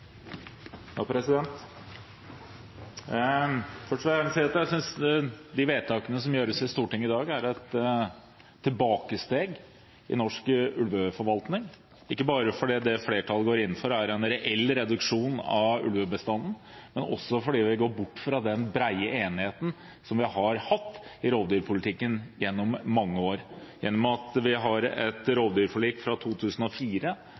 at jeg synes de vedtakene som gjøres i Stortinget i dag, er et tilbakesteg i norsk ulveforvaltning, ikke bare fordi det flertallet går inn for, er en reell reduksjon av ulvebestanden, men også fordi vi går bort fra den brede enigheten vi har hatt i rovdyrpolitikken gjennom mange år. Vi har rovdyrforlik fra 2004